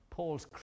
Paul's